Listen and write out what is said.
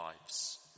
lives